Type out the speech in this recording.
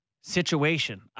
situation